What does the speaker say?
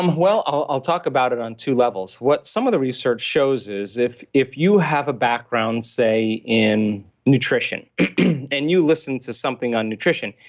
um well, i'll i'll talk about it on two levels. what some of the research shows is if if you have a background, say in nutrition and you listen to something on nutrition,